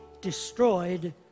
destroyed